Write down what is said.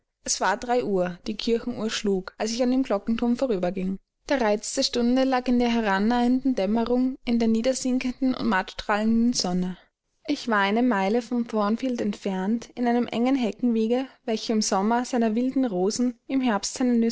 es war drei uhr die kirchenuhr schlug als ich an dem glockenturm vorüber ging der reiz der stunde lag in der herannahenden dämmerung in der niedersinkenden und mattstrahlenden sonne ich war eine meile von thornfield entfernt in einem engen heckenwege welcher im sommer seiner wilden rosen im herbst